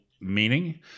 meaning